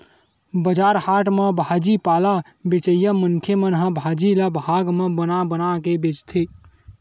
बजार हाट म भाजी पाला बेचइया मनखे मन ह भाजी ल भाग म बना बना के बेचथे